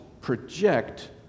project